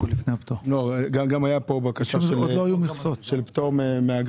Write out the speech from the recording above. גם הייתה פה בקשה של פטור מאגרה.